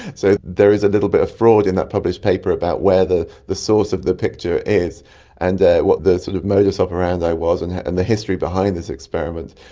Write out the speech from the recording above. so there is a little bit of fraud in that published paper about where the the source of the picture is and what the sort of modus operandi was and and the history behind this experiment,